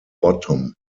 bottom